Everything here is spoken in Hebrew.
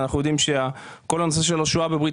ואנחנו יודעים שכל נושא השואה בברית